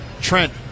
Trent